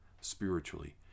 spiritually